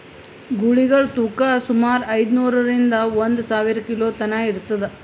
ಗೂಳಿಗಳ್ ತೂಕಾ ಸುಮಾರ್ ಐದ್ನೂರಿಂದಾ ಒಂದ್ ಸಾವಿರ ಕಿಲೋ ತನಾ ಇರ್ತದ್